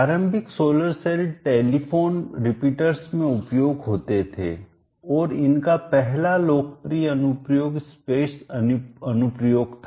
प्रारंभिक solar cell telephone repeaters में उपयोग होते थे और इनका पहला लोकप्रिय अनुप्रयोग स्पेस अनुप्रयोग था